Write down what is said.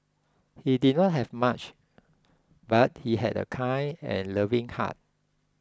he did not have much but he had a kind and loving heart